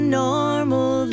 normal